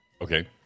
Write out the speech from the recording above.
Okay